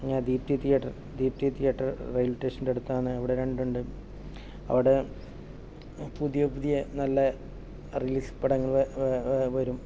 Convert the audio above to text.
പിന്നെ ആ Deepthi theatre Deepthi theatre railway ടേഷന്റെ അടുത്താണ് അവിടെ രണ്ടു ഉണ്ട് അവിടെ പുതിയ പുതിയ നല്ല റിലീസ് പടങ്ങൾ വരും